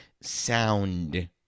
sound